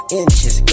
inches